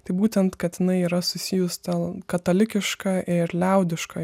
tai būtent kad jinai yra susijus tėl katalikiška ir liaudiškoj